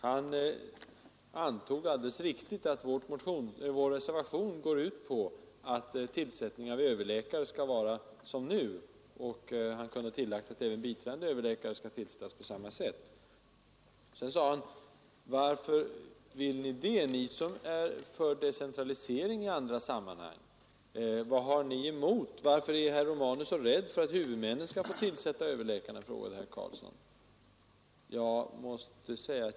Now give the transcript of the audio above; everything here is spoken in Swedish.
Han ansåg alldeles riktigt att vår reservation går ut på, att tillsättning av överläkare skall ske som nu, och han kunde ha tillagt att biträdande överläkare skall tillsättas på samma sätt. Sedan frågade han: Varför vill ni det, som är för decentralisering i andra sammanhang? Varför är herr Romanus så rädd för att huvudmännen skall få tillsätta överläkarna? frågade herr Karlsson.